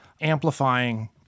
amplifying